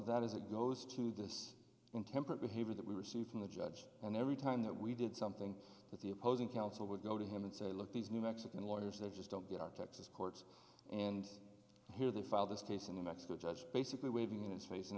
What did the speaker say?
that is it goes to this intemperate behavior that we received from the judge and every time that we did something that the opposing counsel would go to him and say look these new mexican lawyers they just don't get out of texas courts and here they filed this case in mexico just basically waving in his face in